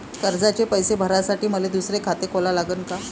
कर्जाचे पैसे भरासाठी मले दुसरे खाते खोला लागन का?